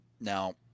Now